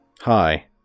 Hi